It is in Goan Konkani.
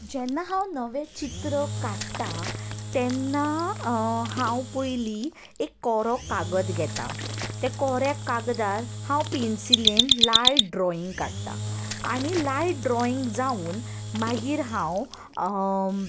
जेन्ना हांव नवें चित्र काडटां तेन्ना हांव पयलीं एक कोरो कागद घेता त्या कोऱ्या कागदार हांव पेन्सिलेन लायव ड्रॉईंग काडटा आनी लायव ड्रॉईंग जावन मागीर हांव